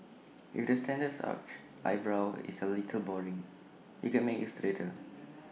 if the standard arched eyebrow is A little boring you can make IT straighter